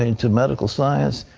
and to medical science,